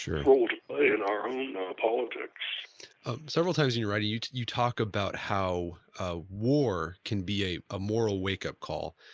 role to play in our own politics several times in your writing you you talk about how war can be a ah moral wake-up call.